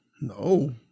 No